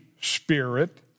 Spirit